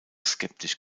skeptisch